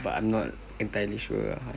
but I'm not entirely sure ah